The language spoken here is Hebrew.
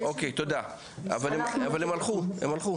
הם מוכרי משרד הרווחה.